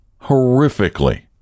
horrifically